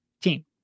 team